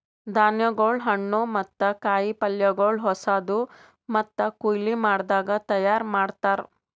ಧಾನ್ಯಗೊಳ್, ಹಣ್ಣು ಮತ್ತ ಕಾಯಿ ಪಲ್ಯಗೊಳ್ ಹೊಸಾದು ಮತ್ತ ಕೊಯ್ಲು ಮಾಡದಾಗ್ ತೈಯಾರ್ ಮಾಡ್ತಾರ್